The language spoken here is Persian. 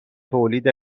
تولید